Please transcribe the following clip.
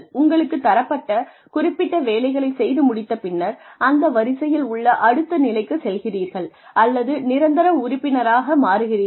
உங்களுக்குத் தரப்பட்ட குறிப்பிட்ட வேலைகளைச் செய்து முடித்த பின்னர் அந்த வரிசையில் உள்ள அடுத்த நிலைக்குச் செல்கிறீர்கள் அல்லது நிரந்தர உறுப்பினராக மாறுகிறீர்கள்